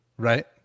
Right